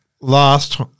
last